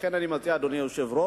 לכן, אני מציע, אדוני היושב-ראש,